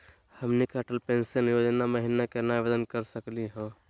हमनी के अटल पेंसन योजना महिना केना आवेदन करे सकनी हो?